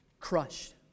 crushed